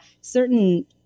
certain